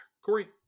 Corey